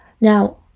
Now